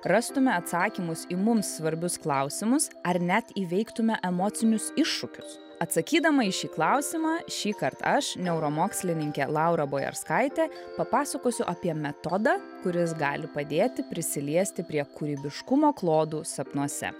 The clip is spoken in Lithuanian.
rastume atsakymus į mums svarbius klausimus ar net įveiktume emocinius iššūkius atsakydama į šį klausimą šįkart aš neuromokslininkė laura bauerskaitė papasakosiu apie metodą kuris gali padėti prisiliesti prie kūrybiškumo klodų sapnuose